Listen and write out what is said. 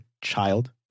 child